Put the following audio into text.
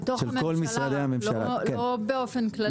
בתוך הממשלה, לא באופן כללי.